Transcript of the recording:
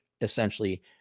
essentially